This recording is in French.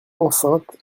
enceinte